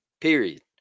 Period